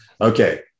Okay